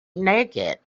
naked